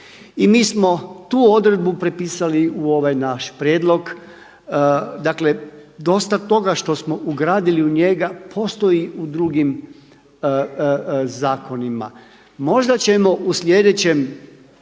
I mi smo tu odredbu prepisali u ovaj naš prijedlog. Dakle, dosta toga što smo ugradili u njega postoji u drugim zakonima. Možda ćemo u sljedećem